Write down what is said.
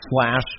slash